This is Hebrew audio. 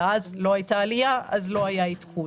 ואז לא הייתה עלייה אז לא היה עדכון,